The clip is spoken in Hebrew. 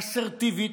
אסרטיבית,